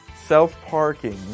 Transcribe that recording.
Self-parking